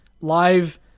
live